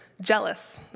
jealous